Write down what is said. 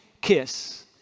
kiss